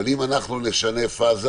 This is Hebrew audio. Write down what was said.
אבל אם אנחנו נשנה פאזה